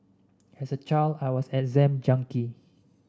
as a child I was an exam junkie